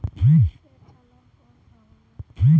सबसे अच्छा लोन कौन सा होला?